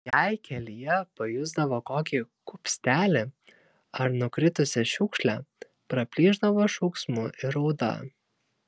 jei kelyje pajusdavo kokį kupstelį ar nukritusią šiukšlę praplyšdavo šauksmu ir rauda